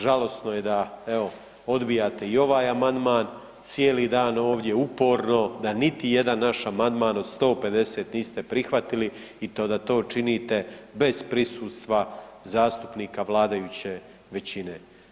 Žalosno je da evo odbijate i ovaj amandman, cijeli dan ovdje uporno, da niti jedan naš amandman od 150 niste prihvatili i to da to činite bez prisustva zastupnika vladajuće većine.